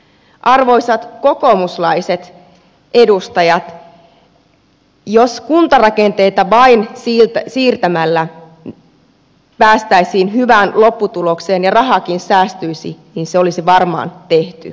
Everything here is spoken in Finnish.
arvoisat kokoomuslaiset edustajat jos vain kuntarakenteita siirtämällä päästäisiin hyvään lopputulokseen ja rahaakin säästyisi niin se olisi varmaan tehty jo